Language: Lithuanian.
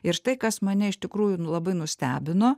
ir štai kas mane iš tikrųjų labai nustebino